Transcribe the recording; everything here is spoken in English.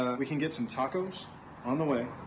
we can get some tacos on the way,